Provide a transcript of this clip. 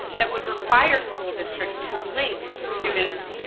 that would require school districts to link students,